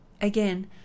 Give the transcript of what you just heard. Again